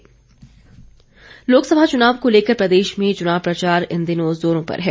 प्रचार लोकसभा चुनाव को लेकर प्रदेश में चुनाव प्रचार इन दिनों जोरों पर है